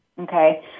Okay